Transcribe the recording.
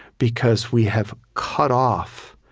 because we have cut off,